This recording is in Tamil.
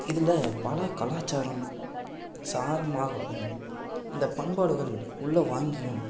இதில் பல கலாச்சாரம் சாரமாகவும் இந்த பண்பாடுகள் உள்ளே வாங்கியும்